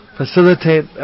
facilitate